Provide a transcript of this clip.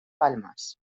palmas